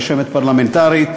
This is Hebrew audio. רשמת פרלמנטרית,